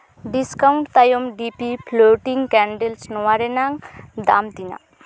discount ᱛᱟᱭᱚᱢ dip floating candles ᱱᱚᱣᱟ ᱨᱮᱱᱟᱜ ᱫᱟᱢ ᱛᱤᱱᱟᱹᱜ